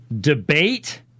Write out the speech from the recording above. debate